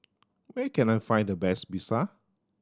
where can I find the best Pizza